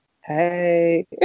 hey